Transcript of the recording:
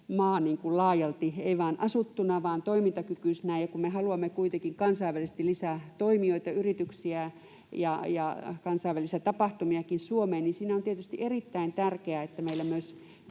maa laajalti ei vain asuttuna vaan toimintakykyisenä. Kun me haluamme kuitenkin kansainvälisesti lisää toimijoita, yrityksiä ja kansainvälisiä tapahtumiakin Suomeen, niin siinä on tietysti erittäin tärkeää, että meillä myös